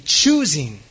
choosing